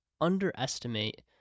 underestimate